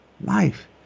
life